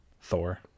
Thor